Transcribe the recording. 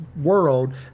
world